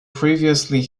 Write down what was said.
previously